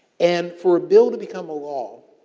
and, for a bill to become a law,